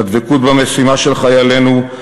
לדבקות במשימה של חיילינו,